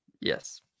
Yes